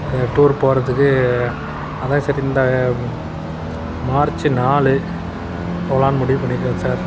இந்த டூர் போகிறதுக்கு அதான் சார் இந்த மார்ச்சு நாலு போகலாம்னு முடிவு பண்ணிருக்கோம் சார்